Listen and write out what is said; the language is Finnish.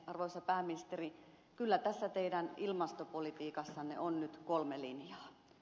arvoisa pääministeri kyllä tässä teidän ilmastopolitiikassanne on nyt kolme linjaa